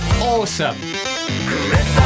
awesome